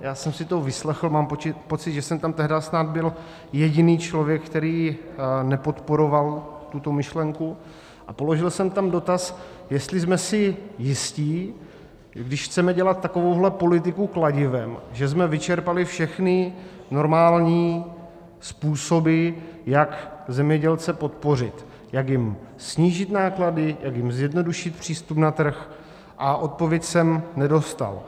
Já jsem si to vyslechl, mám pocit, že jsem tam tehdy snad byl jediný člověk, který nepodporoval tuto myšlenku, a položil jsem tam dotaz, jestli jsme si jistí, když chceme dělat takovouhle politiku kladivem, že jsme vyčerpali všechny normální způsoby, jak zemědělce podpořit, jak jim snížit náklady, jak jim zjednodušit přístup na trh, a odpověď jsem nedostal.